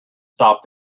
stopped